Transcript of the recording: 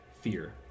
fear